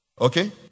Okay